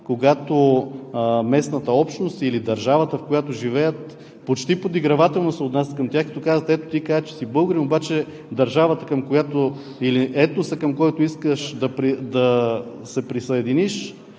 когато местната общност или държавата, в която живеят, почти подигравателно се отнасят към тях, като казват: „Ето, ти казваш, че си българин, обаче държавата или етноса, към който искаш да се присъединиш